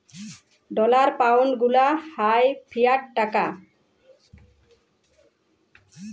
dollar, pound গুলা হ্যয় fiat টাকা